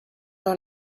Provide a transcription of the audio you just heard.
dans